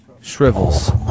Shrivels